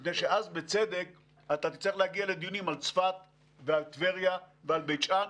מפני שאז בצדק אתה תצטרך להגיע לדיונים על צפת ועל טבריה ועל בית שאן,